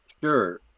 Sure